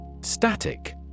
Static